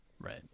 Right